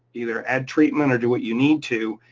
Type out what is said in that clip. either add treatment or do what you need to,